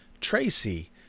Tracy